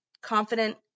confident